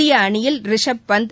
இந்திய அணியில் ரிஷப் பந்த்